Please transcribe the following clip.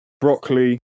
broccoli